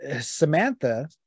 samantha